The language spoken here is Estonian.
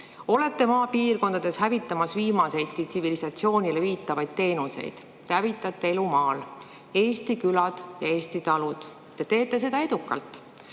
Olete maapiirkondades hävitamas viimaseidki tsivilisatsioonile viitavaid teenuseid. Te hävitate elu maal, [hävitate] Eesti külad ja Eesti talud, ja te teete seda edukalt. Samal